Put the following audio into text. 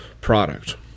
product